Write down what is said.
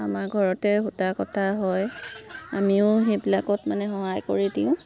আমাৰ ঘৰতে সূতা কটা হয় আমিও সেইবিলাকত মানে সহায় কৰি দিওঁ